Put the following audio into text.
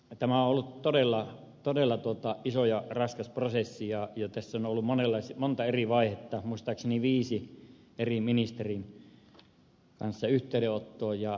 tämä on ollut todella iso ja raskas prosessi ja tässä on ollut monta eri vaihetta muistaakseni viiden eri ministerin kanssa yhteydenottoa